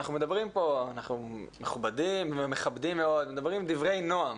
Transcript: אנחנו מכבדים מאוד, מדברים דברי נועם.